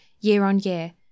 year-on-year